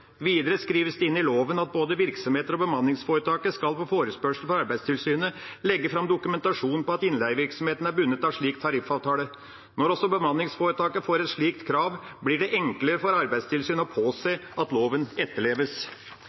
Videre skrives det inn i loven at både virksomheter og bemanningsforetak på forespørsel fra Arbeidstilsynet skal legge fram dokumentasjon på at innleievirksomheten er bundet av slik tariffavtale. Når også bemanningsforetaket får et slikt krav, blir det enklere for Arbeidstilsynet å påse at loven etterleves.